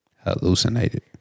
Hallucinated